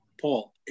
Paul